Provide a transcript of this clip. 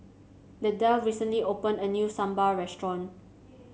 Lydell recently opened a new Sambar Restaurant